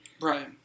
Right